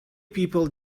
people